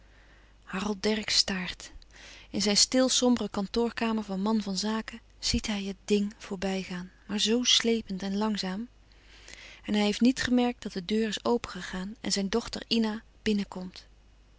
harold dercksz staart in zijn stil sombere kantoorkamer van man van zaken ziet hij het ding voorbijgaan maar zoo sleepend en langzaam en hij louis couperus van oude menschen de dingen die voorbij gaan heeft niet gemerkt dat de deur is opengegaan en zijn dochter ina binnenkomt